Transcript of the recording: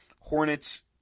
Hornets